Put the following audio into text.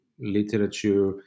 literature